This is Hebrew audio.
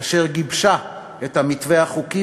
אשר גיבשה את המתווה החוקי,